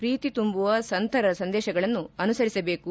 ಪ್ರೀತಿ ತುಂಬುವ ಸಂತರ ಸಂದೇಶಗಳನ್ನು ಅನುಸರಿಸಬೇಕು